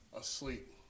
asleep